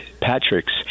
Patrick's